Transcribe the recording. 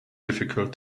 difficult